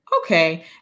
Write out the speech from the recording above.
okay